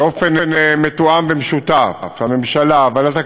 באופן מתואם ומשותף, הממשלה, ועדת הכלכלה,